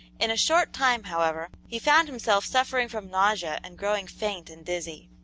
in a short time, however, he found himself suffering from nausea and growing faint and dizzy.